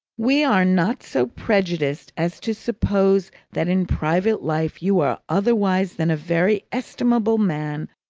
we are not so prejudiced as to suppose that in private life you are otherwise than a very estimable man,